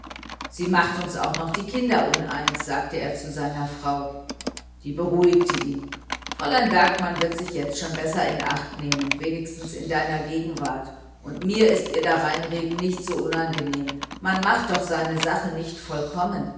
sie macht uns auch noch die kinder uneins sagte er zu seiner frau die beruhigte ihn fräulein bergmann wird sich jetzt schon besser in acht nehmen wenigstens in deiner gegenwart und mir ist ihr dareinreden nicht so unangenehm man macht doch seine sache nicht vollkommen